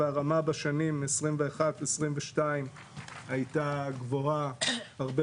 והרמה בשנים 2021-2022 הייתה גבוהה הרבה